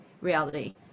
reality